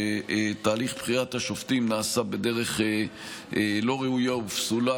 שתהליך בחירת השופטים נעשה בדרך לא ראויה ופסולה,